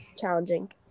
challenging